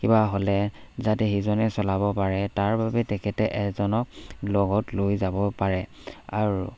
কিবা হ'লে যাতে সিজনে চলাব পাৰে তাৰ বাবে তেখেতে এজনক লগত লৈ যাব পাৰে আৰু